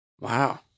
Wow